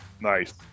Nice